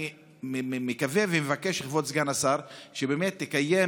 ואני מקווה ומבקש מכבוד סגן השר שבאמת תקיים